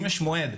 אם יש מועד,